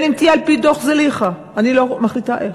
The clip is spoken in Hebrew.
בין שתהיה על-פי דוח זליכה, אני לא מחליטה איך.